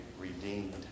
redeemed